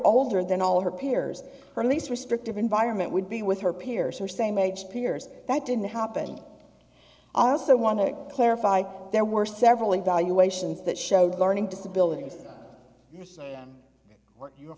older than all of her peers or at least restrictive environment would be with her peers her same age peers that didn't happen i also want to clarify there were several evaluations that showed learning disabilities or your